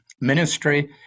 ministry